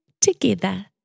together